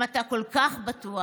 אם אתה כל כך בטוח